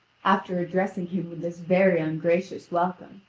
after addressing him with this very ungracious welcome,